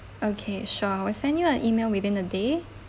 okay sure I'll send you an email within a day